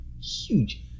Huge